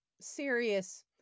serious